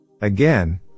Again